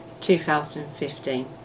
2015